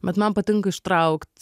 bet man patinka ištraukt